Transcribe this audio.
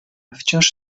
wciąż